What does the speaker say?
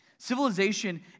Civilization